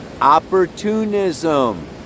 opportunism